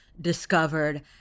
discovered